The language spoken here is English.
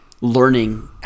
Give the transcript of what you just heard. learning